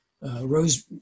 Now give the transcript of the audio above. Rose